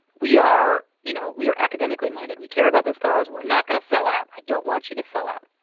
we are you know we are academically minded. we care about those causes. we're not going to sell out. i don't want you to sell out.